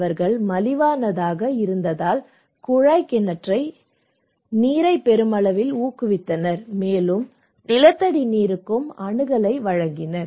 அவர்கள் மலிவானதாக இருந்ததால் குழாய் கிணற்று நீரை பெருமளவில் ஊக்குவித்தனர் மேலும் நிலத்தடி நீருக்கும் அணுகலை வழங்கினர்